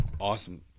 awesome